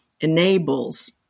enables